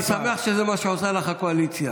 אני שמח שזה מה שעושה לך הקואליציה,